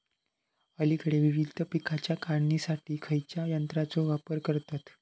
अलीकडे विविध पीकांच्या काढणीसाठी खयाच्या यंत्राचो वापर करतत?